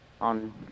on